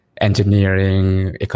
engineering